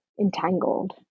entangled